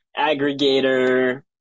aggregator